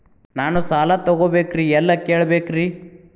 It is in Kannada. ನಾನು ಸಾಲ ತೊಗೋಬೇಕ್ರಿ ಎಲ್ಲ ಕೇಳಬೇಕ್ರಿ?